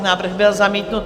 Návrh byl zamítnut.